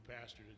pastor